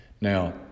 Now